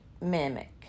mimic